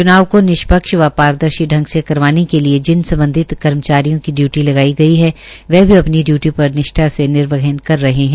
च्नाव को निष्पक्ष व पारदर्शी संग से करवाने के लिये जिन सम्बधित कर्मचारियों की डयूटी लगाई गई है वह अपनी डयूटी पर निष्ठा से निर्वहन कर रहे है